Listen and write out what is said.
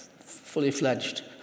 fully-fledged